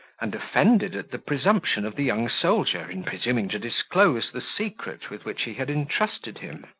and offended at the presumption of the young soldier, in presuming to disclose the secret with which he had entrusted him.